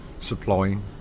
supplying